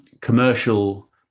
commercial